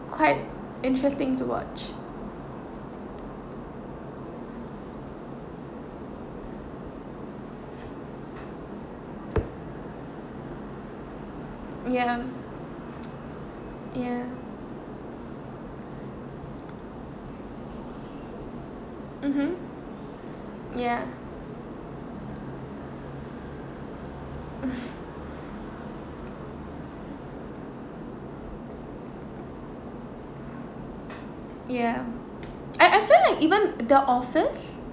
quite interesting to watch ya ya mmhmm ya ya I I feel like even the office